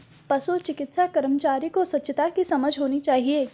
पशु चिकित्सा कर्मचारी को स्वच्छता की समझ होनी चाहिए